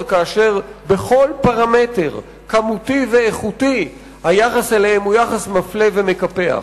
כאשר בכל פרמטר כמותי ואיכותי היחס אליהם הוא יחס מפלה ומקפח?